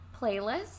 playlist